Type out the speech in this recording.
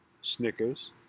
Snickers